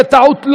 בטעות.